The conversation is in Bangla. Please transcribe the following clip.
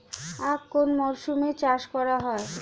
আখ কোন মরশুমে চাষ করা হয়?